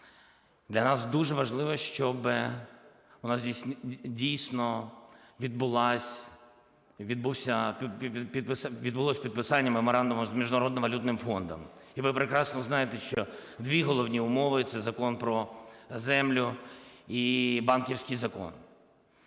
Для нас дуже важливо, щоб у нас, дійсно, відбувалось підписання меморандуму з Міжнародним валютним фондом. І ви прекрасно знаєте, що дві головні умови – це Закон про землю і банківський закон.